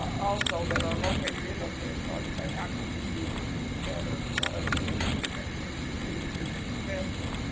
also that are located in those head starts. how can we do this better? and what other things that can we do to be successful?